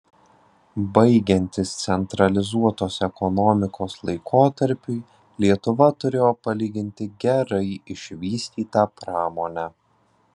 baigiantis centralizuotos ekonomikos laikotarpiui lietuva turėjo palyginti gerai išvystytą pramonę